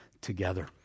together